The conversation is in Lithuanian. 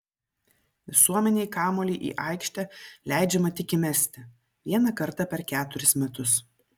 visuomenei kamuolį į aikštę leidžiama tik įmesti vieną kartą per keturis metus